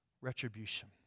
retribution